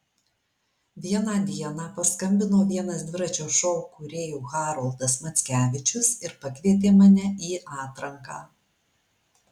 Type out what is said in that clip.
vieną dieną paskambino vienas dviračio šou kūrėjų haroldas mackevičius ir pakvietė mane į atranką